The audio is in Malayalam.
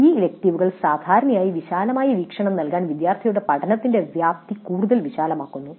ഈ ഇലക്ടീവുകൾ സാധാരണയായി വിശാലമായ വീക്ഷണം നൽകാൻ വിദ്യാർത്ഥിയുടെ പഠനത്തിന്റെ വ്യാപ്തി കൂടുതൽ വിശാലമാക്കുന്നു